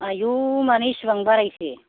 आयौ मानि एसेबां बारायखो